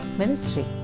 ministry